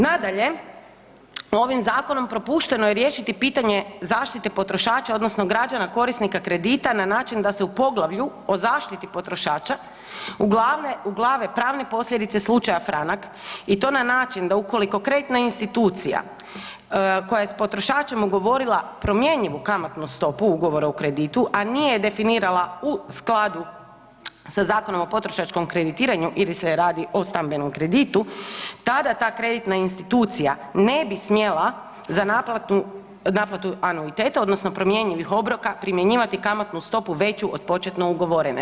Nadalje, ovim zakonom propušteno je riješiti pitanje zaštite potrošača odnosno građana korisnika kredita na način da se u poglavlju o zaštiti potrošača uglave pravne posljedice slučaja Franak i to na način da ukoliko kreditna institucija koja je s potrošačem ugovorila promjenjivu kamatnu stopu ugovora o kreditu a nije definirala u skladu sa Zakonom o potrošačkom kreditiranju ili se radi o stambenom kreditu, tada ta kreditna institucija ne bi smjela za naplatu anuiteta odnosno promjenjivih obroka, primjenjivati kamatnu stopu veću od početne ugovorene.